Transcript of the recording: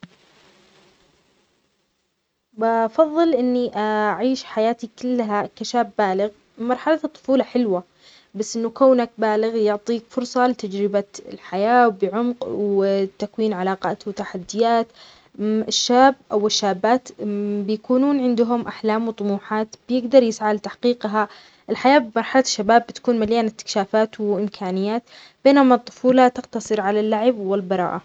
بفظل إني أعيش حياتي كلها كشاب بالغ بمرحلة الطفولة حلوة بس إن كونك بالغ يعطيك فرصة لتجربة الحياة بيعمق وتكوين علاقات وتحديات الشاب أو الشابات بيكونون عندهم أحلام وطموحات بيقدر يسعى لتحقيقها الحياة بمرحلة الشباب بتكون مليانة إكشافات وإمكانيات بينما الطفولة تقتصر على اللعب والبراءة.